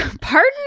Pardon